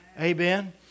Amen